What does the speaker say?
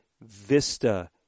VISTA